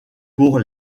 pour